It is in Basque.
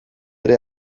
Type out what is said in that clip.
ere